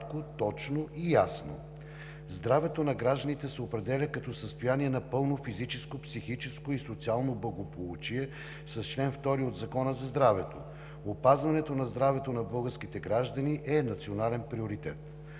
език кратко, точно и ясно. Здравето на гражданите се определя като състояние на пълно физическо, психическо и социално благополучие с чл. 2 от Закона за здравето. Опазването на здравето на българските граждани е национален приоритет.